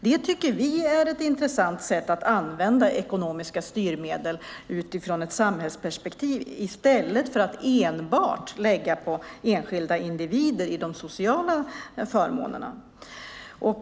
Det tycker vi är ett intressant sätt att använda ekonomiska styrmedel utifrån ett samhällsperspektiv i stället för att enbart lägga det på enskilda individer i de sociala förmånerna.